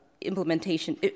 implementation